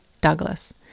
Douglas